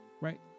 right